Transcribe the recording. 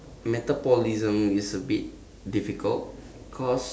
metabolism is a bit difficult because